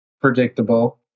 predictable